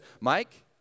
Mike